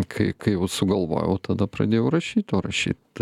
kai kai jau sugalvojau tada pradėjau rašyt o rašyt